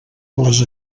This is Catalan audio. les